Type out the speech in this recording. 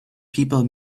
people